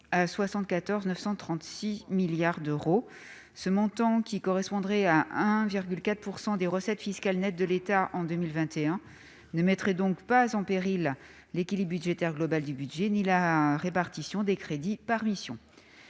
à 74,936 milliards d'euros. Ce montant, qui correspondrait à 1,4 % des recettes fiscales nettes de l'État en 2021, ne mettrait donc pas en péril l'équilibre global du budget ni la répartition des crédits par mission.